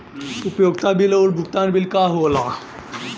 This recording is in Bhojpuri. उपयोगिता बिल और भुगतान बिल का होला?